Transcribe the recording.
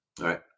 right